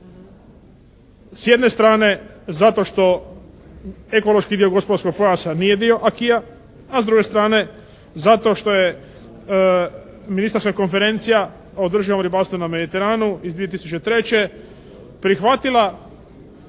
S jedne strane zato što ekološki dio gospodarskog pojasa nije dio Acquis-a. A s druge strane zato što je ministarska Konferencija o državnom ribarstvu na Mediteranu iz 2003. prihvatila